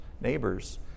neighbors